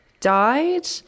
died